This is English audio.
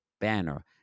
banner